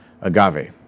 agave